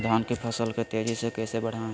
धान की फसल के तेजी से कैसे बढ़ाएं?